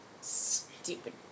Stupid